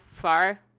far